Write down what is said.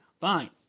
Fine